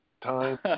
time